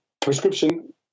Prescription